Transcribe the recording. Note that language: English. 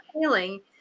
feeling